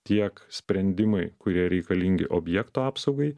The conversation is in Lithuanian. tiek sprendimai kurie reikalingi objekto apsaugai